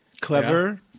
clever